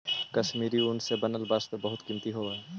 कश्मीरी ऊन से बनल वस्त्र बहुत कीमती होवऽ हइ